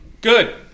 Good